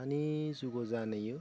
दानि जुगाव जा नुयो